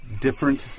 different